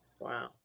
Wow